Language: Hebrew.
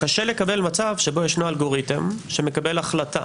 וקשה לקבל מצב שבו יש אלגוריתם, שמקבל החלטה